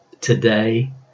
today